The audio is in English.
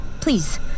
Please